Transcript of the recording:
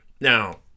now